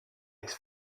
his